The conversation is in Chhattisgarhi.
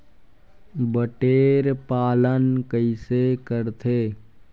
बटेर पालन कइसे करथे?